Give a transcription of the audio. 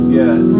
yes